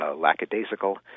lackadaisical